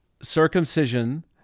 Circumcision